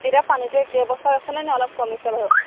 এতিয়া পানীটো একেই ব্যৱস্থা আছেনে ন অলপ কমিছে বাৰু